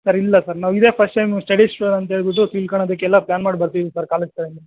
sir ಇಲ್ಲ sir ನಾವಿದೇ first time studies tour ಅಂತ ಹೇಳಿಬಿಟ್ಟು ತಿಳ್ಕೊಳೋದಿಕ್ಕೆಲ್ಲ ಪ್ಲ್ಯಾನ್ ಮಾಡಿ ಬರ್ತಿದ್ದೀವಿ ಸರ್ ಕಾಲೇಜ್ ಕಡೆಯಿಂದ